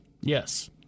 Yes